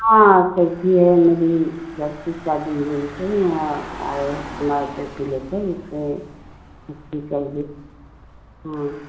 हाँ चौथी है मेरी लड़की की शादी है इसलिए हाँ आए हैं मार्केट से ले कर उसके चाहिए हँ